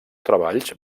treballs